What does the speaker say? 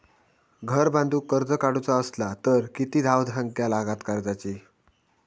घर बांधूक कर्ज काढूचा असला तर किती धावसंख्या लागता कर्जाची?